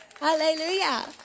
Hallelujah